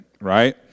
right